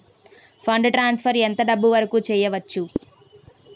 Fund transfer ఎంత డబ్బు వరుకు చేయవచ్చు?